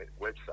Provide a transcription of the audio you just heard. website